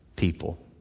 people